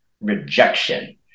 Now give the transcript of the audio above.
rejection